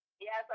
Yes